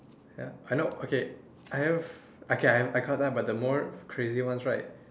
ya I know okay I have okay I I caught up about the more crazy ones right